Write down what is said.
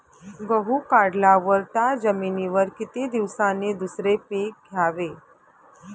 गहू काढल्यावर त्या जमिनीवर किती दिवसांनी दुसरे पीक घ्यावे?